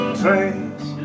trace